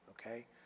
okay